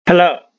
Hello